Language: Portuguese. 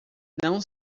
não